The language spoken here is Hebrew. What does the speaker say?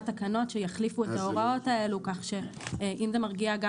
תקנות שיחליפו את ההוראות האלה כך שאם זה מרגיע גם